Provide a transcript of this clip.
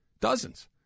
Dozens